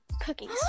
Cookies